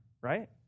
right